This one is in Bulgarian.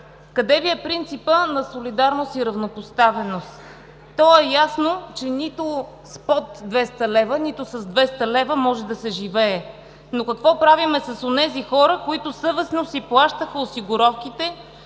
Къде Ви е принципът на солидарност и равнопоставеност? То е ясно, че нито с под 200 лв., нито с 200 лв. може да се живее, но какво правим с онези хора, които съвестно си плащаха осигуровките,